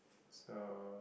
so